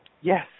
Yes